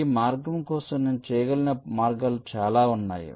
ఈ మార్గం కోసం నేను చేయగలిగిన మార్గాలు చాలా ఉన్నాయి